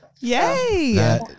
Yay